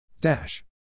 Dash